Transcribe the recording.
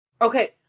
okay